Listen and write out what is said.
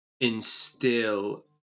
instill